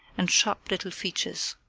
and sharp little features.